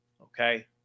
Okay